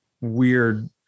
weird